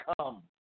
come